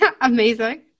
Amazing